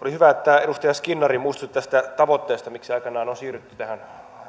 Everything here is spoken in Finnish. oli hyvä että edustaja skinnari muistutti tästä tavoitteesta miksi aikanaan on siirrytty tähän